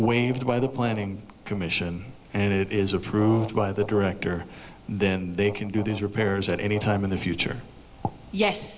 waived by the planning commission and it is approved by the director then they can do these repairs at any time in the future